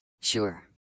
Sure